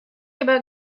about